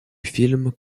film